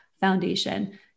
foundation